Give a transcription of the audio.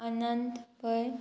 Anant Pai